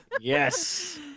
Yes